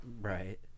right